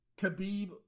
Khabib